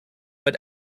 but